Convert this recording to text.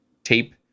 tape